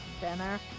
Dinner